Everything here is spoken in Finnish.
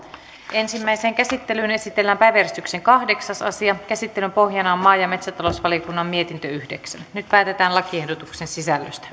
ensimmäiseen käsittelyyn esitellään päiväjärjestyksen kahdeksas asia käsittelyn pohjana on maa ja metsätalousvaliokunnan mietintö yhdeksän nyt päätetään lakiehdotuksen sisällöstä